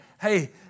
Hey